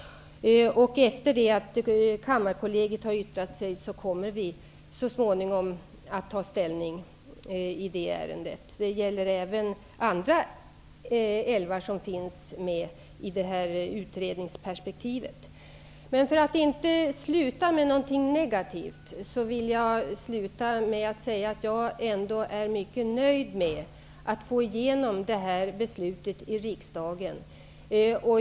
Efter det att Kammarkollegiet så småningom har yttrat sig kommer vi att ta ställning i ärendet. Detsamma gäller även för andra älvar som finns med i detta utredningsperspektiv. För att inte sluta med någonting negativt vill jag till sist säga att jag ändå är mycket nöjd med att få igenom detta beslut i riksdagen.